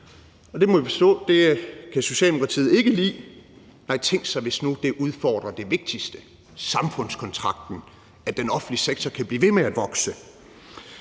det må jeg forstå Socialdemokratiet ikke kan lide, nej, tænk sig, hvis nu det udfordrer det vigtigste, nemlig samfundskontrakten, og at den offentlige sektor kan blive ved med at vokse.